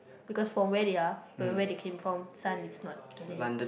because for where they are where where they came from sun is not really